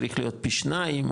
צריך להיות פי שניים,